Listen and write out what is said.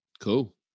Cool